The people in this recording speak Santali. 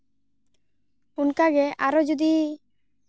ᱚᱱᱠᱟᱜᱮ ᱟᱨᱚ ᱡᱩᱫᱤ